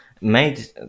made